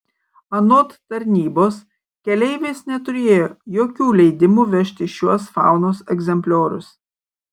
anot tarnybos keleivis neturėjo jokių leidimų vežti šiuos faunos egzempliorius